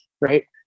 right